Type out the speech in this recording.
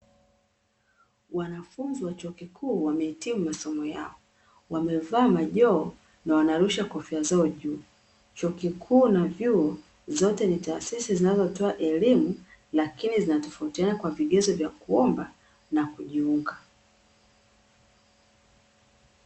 Wanafunzi wa chuo kikuu wamehitimu masomo yao, wamevaa majoho na wanarusha kofia zao juu. Chuo kikuu na vyuo zote ni taasisi zinazotoa elimu lakini zinatofautiana kwa vigezo vya kuomba na kujiunga.